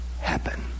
happen